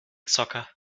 zocker